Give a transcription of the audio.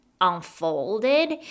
unfolded